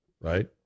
right